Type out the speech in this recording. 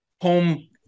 home